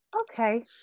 Okay